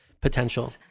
potential